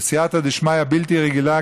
בסייעתא דשמיא בלתי רגילה,